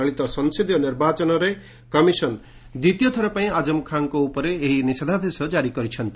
ଚଳିତ ସଂସଦୀୟ ନିର୍ବାଚନରେ କମିଶନ ଦ୍ୱିତୀୟଥର ପାଇଁ ଆଜମ ଖାଁଙ୍କ ଉପରେ ଏହି ନିଷେଧାଦେଶ ଜାରି କରିଛନ୍ତି